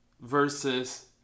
versus